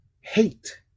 hate